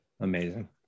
Amazing